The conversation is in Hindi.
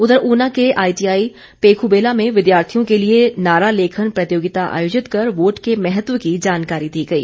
उधर ऊना के आईटीआई पेखूबेला में विद्यार्थियों के लिए नारा लेखन प्रतियोगिता आयोजित कर वोट के महत्व की जानकारी दी गई